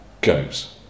goes